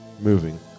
Moving